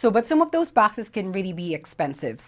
so but some of those boxes can really be expensive